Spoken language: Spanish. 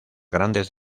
grandes